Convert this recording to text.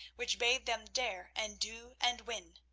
which bade them dare and do and win.